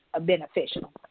beneficial